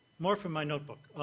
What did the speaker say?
more from my notebook.